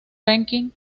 ranking